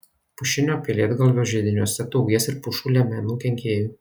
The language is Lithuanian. pušinio pelėdgalvio židiniuose daugės ir pušų liemenų kenkėjų